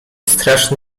straszny